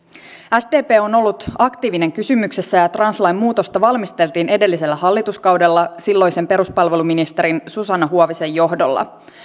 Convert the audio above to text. sdp on ollut aktiivinen kysymyksessä ja translain muutosta valmisteltiin edellisellä hallituskaudella silloisen peruspalveluministerin susanna huovisen johdolla